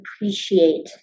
appreciate